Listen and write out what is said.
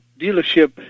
dealership